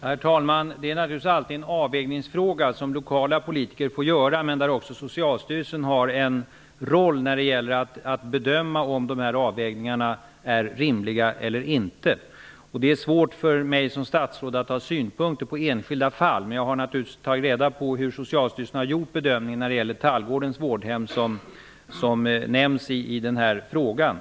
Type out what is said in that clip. Herr talman! Det är naturligtvis alltid en avvägningsfråga som lokala politiker får göra. Men Socialstyrelsen har också en roll när det gäller att bedöma om avvägningarna är rimliga eller inte. Det är svårt för mig som statsråd att ha synpunkter på enskilda fall, men jag har naturligtvis tagit reda på hur Socialstyrelsen har gjort bedömningen när det gäller Tallgårdens vårdhem, som nämns i den här frågan.